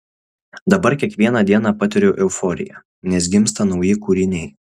dabar kiekvieną dieną patiriu euforiją nes gimsta nauji kūriniai